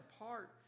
apart